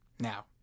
Now